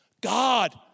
God